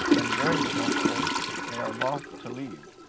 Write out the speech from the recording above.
and during the festival they are loth to leave,